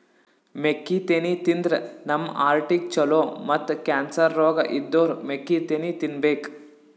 ಮೆಕ್ಕಿತೆನಿ ತಿಂದ್ರ್ ನಮ್ ಹಾರ್ಟಿಗ್ ಛಲೋ ಮತ್ತ್ ಕ್ಯಾನ್ಸರ್ ರೋಗ್ ಇದ್ದೋರ್ ಮೆಕ್ಕಿತೆನಿ ತಿನ್ಬೇಕ್